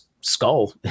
skull